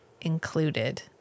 included